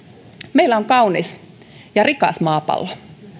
meillä on kaunis ja rikas maapallo